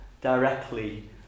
directly